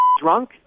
drunk